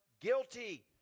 guilty